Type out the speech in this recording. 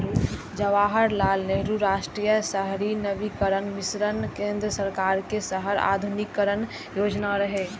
जवाहरलाल नेहरू राष्ट्रीय शहरी नवीकरण मिशन केंद्र सरकार के शहर आधुनिकीकरण योजना रहै